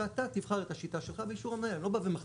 ואתה תבחר את השיטה שלך באישור המנהל.